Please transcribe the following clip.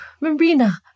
Marina